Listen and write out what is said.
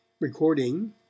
Recording